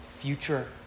future